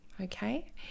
okay